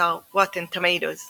באתר Rotten Tomatoes